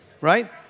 Right